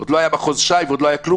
עוד לא היה מחוז ש"י ועוד לא היה כלום.